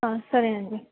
సరే అండి